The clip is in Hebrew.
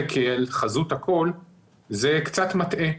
קצת מטעה.